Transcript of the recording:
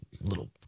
little